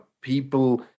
people